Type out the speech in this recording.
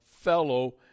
fellow